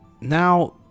Now